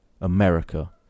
America